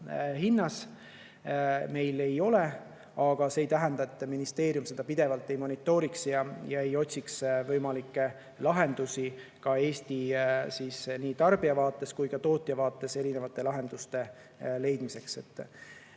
meil ei ole. Aga see ei tähenda, et ministeerium seda pidevalt ei monitooriks ja ei otsiks võimalikke lahendusi Eestis nii tarbija kui ka tootja vaates erinevate lahenduste leidmiseks.